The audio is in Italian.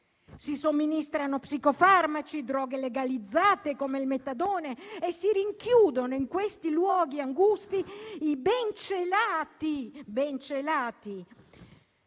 Si somministrano psicofarmaci e droghe legalizzate, come il metadone, e si rinchiudono in questi luoghi angusti e ben celati, mediante